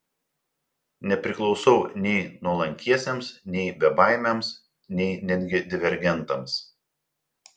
nepriklausau nei nuolankiesiems nei bebaimiams nei netgi divergentams